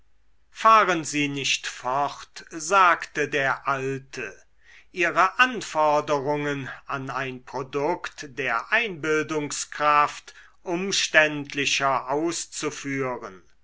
fahren sie nicht fort sagte der alte ihre anforderungen an ein produkt der einbildungskraft umständlicher auszuführen